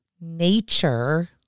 nature